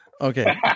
Okay